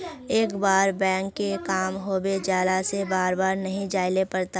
एक बार बैंक के काम होबे जाला से बार बार नहीं जाइले पड़ता?